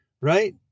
right